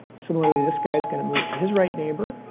similarly, this guy is going to move to his right neighbor.